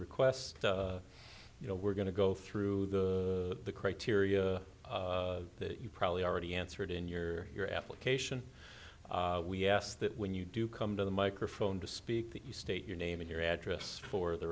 request you know we're going to go through the criteria that you probably already answered in your your application we asked that when you do come to the microphone to speak that you state your name and your address for the